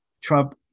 Trump